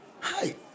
Hi